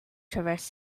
traverse